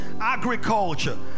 agriculture